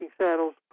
Saddles